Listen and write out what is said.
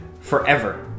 forever